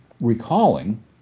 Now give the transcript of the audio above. recalling